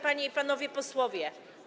Panie i Panowie Posłowie!